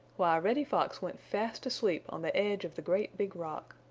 why, reddy fox went fast asleep on the edge of the great big rock.